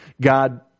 God